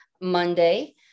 Monday